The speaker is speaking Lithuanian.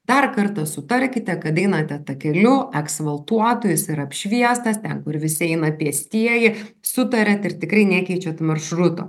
dar kartą sutarkite kad einate takeliu eksvaltuotu jis yra apšviestas ten kur visi eina pėstieji sutariat ir tikrai nekeičiat to maršruto